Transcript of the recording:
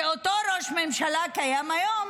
זה אותו ראש ממשלה הקיים היום.